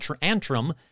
Antrim